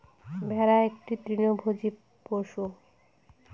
ভেড়া একটি তৃণভোজী পশু